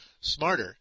smarter